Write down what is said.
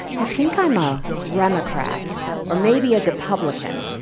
i think i'm a remocrat or maybe a depublican.